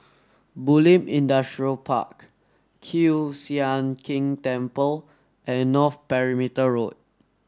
Bulim Industrial Park Kiew Sian King Temple and North Perimeter Road